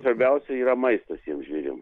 svarbiausia yra maistas tiem žvėrim